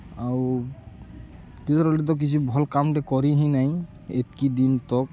ଆଉ ତ କିଛି ଭଲ୍ କାମ୍ଟେ କରି ହିଁ ନାଇଁ ଏତ୍କି ଦିନ ତକ୍